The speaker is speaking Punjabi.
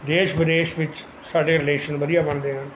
ਦੇਸ਼ ਵਿਦੇਸ਼ ਵਿੱਚ ਸਾਡੇ ਰਿਲੇਸ਼ਨ ਵਧੀਆ ਬਣਦੇ ਹਨ